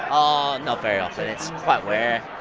um not very often, it's quite rare.